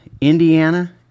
Indiana